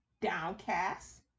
downcast